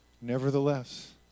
Nevertheless